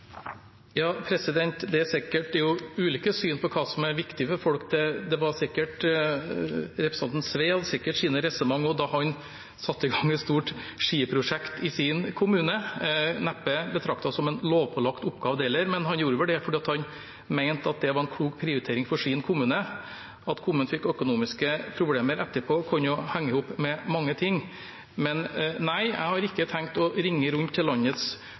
Det er ulike syn på hva som er viktig for folk. Representanten Sve hadde sikkert sine resonnement da han satte i gang et stort skiprosjekt i sin kommune – neppe betraktet som en lovpålagt oppgave det heller, men han gjorde vel det fordi han mente det var en klok prioritering for sin kommune. At kommunen fikk økonomiske problemer etterpå, kunne henge i hop med mange ting. Nei, jeg har ikke tenkt å ringe rundt til landets